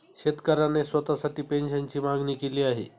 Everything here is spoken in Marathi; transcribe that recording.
शेतकऱ्याने स्वतःसाठी पेन्शनची मागणी केली आहे